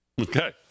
Okay